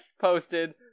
posted